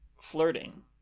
flirting